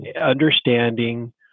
understanding